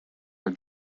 are